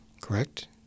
correct